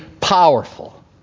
powerful